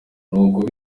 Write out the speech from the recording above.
nubwo